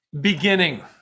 beginning